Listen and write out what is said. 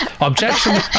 Objection